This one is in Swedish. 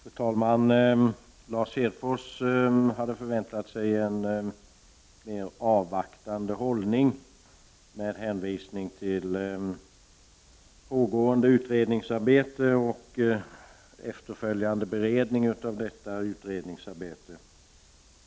Fru talman! Lars Hedfors hade förväntat sig en mer avvaktande hållning med hänvisning till pågående utredningsarbete och efterföljande beredning.